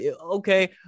okay